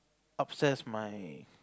upstairs my